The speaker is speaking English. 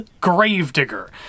Gravedigger